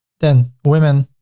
then women,